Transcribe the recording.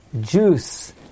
juice